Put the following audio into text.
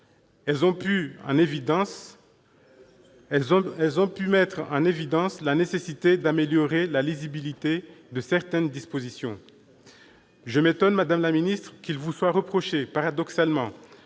Elles ont permis de mettre en évidence la nécessité d'améliorer la lisibilité de certaines dispositions. Je m'étonne, madame la ministre, qu'il vous soit reproché, paradoxalement,